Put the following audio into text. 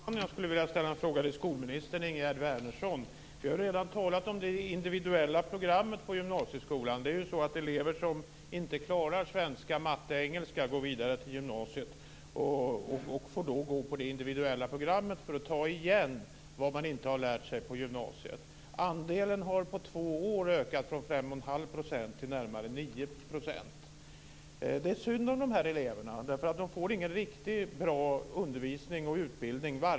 Fru talman! Jag skulle vilja ställa en fråga till skolminister Ingegerd Wärnersson. Vi har redan talat om det individuella programmet på gymnasieskolan. Nu går elever som inte klarar svenska, matte och engelska vidare till gymnasiet. De får då gå på det individuella programmet för att ta igen vad de inte har lärt sig i grundskolan. Andelen har på två år ökat från 5 1⁄2 % till närmare 9 %. Det är synd om dessa elever.